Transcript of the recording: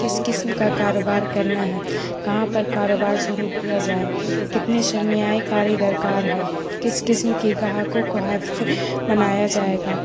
کس قسم کا کاروبار کرنا ہے کہاں پر کاروبار شروع کیا جائے کتنے سرمایہ کاری درکار ہیں کس قسم کی گاہکوں کو ہاتف بنایا جائے گا